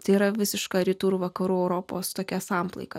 tai yra visiška rytų ir vakarų europos tokia samplaika